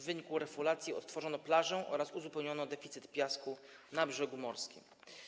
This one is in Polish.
W wyniku refulacji odtworzono plażę oraz uzupełniono deficyt piasku na brzegu morskim.